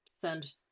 send